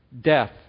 Death